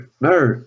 no